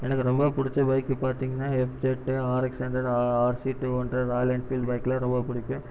எனக்கு ரொம்ப பிடிச்ச பைக்கு பாத்திங்கனா F Z RX hundred RC two hundred Royal Enfield பைக்லாம் ரொம்ப பிடிக்கும்